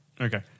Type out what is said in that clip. Okay